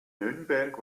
nürnberg